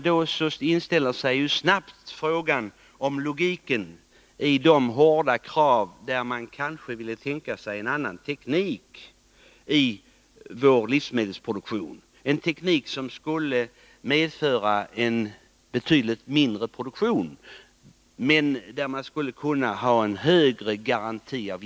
Då inställer sig snabbt frågan om det finns någon logik i de hårda krav som förs fram på en annan teknik i vår livsmedelsproduktion — en teknik som skulle medföra betydligt lägre produktion men ge en större garanti avseende giftfrihet.